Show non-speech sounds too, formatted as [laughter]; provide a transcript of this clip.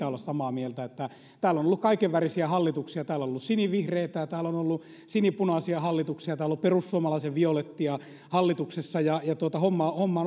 [unintelligible] olla samaa mieltä että täällä on ollut kaikenvärisiä hallituksia täällä on ollut sinivihreätä ja täällä on ollut sinipunaisia hallituksia täällä on ollut perussuomalaisen violettia hallituksessa ja ja tuota hommaa hommaa [unintelligible]